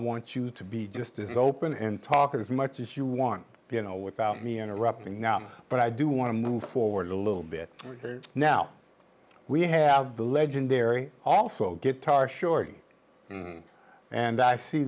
want you to be just as open and talk as much as you want you know without me interrupting now but i do want to move forward a little bit now we have the legendary also guitar shorty and i see